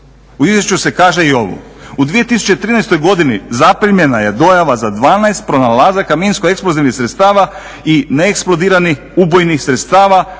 U izvješću se kaže i ovo, u 2013. godini zaprimljena je dojava za 12 pronalazaka minsko-eksplozivnih sredstava i neeksplodiranih ubojnih sredstava,